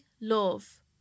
love